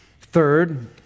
Third